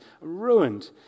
ruined